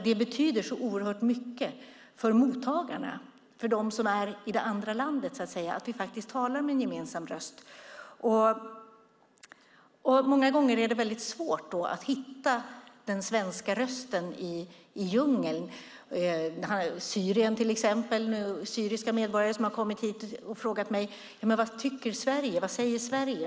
Det betyder så oerhört mycket för mottagarna, för dem som är i det andra landet, att vi talar med en gemensam röst. Men många gånger är det väldigt svårt att hitta den svenska rösten i djungeln. Det gäller till exempel beträffande Syrien. Syriska medborgare har kommit hit och frågat mig: Vad tycker Sverige? Vad säger Sverige?